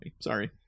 Sorry